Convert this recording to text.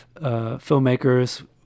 filmmakers